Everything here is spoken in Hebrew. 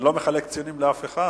אני לא מחלק ציונים לאף אחד,